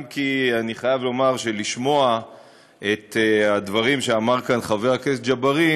אם כי אני חייב לומר שלשמוע את הדברים שאמר כאן חבר הכנסת ג'בארין,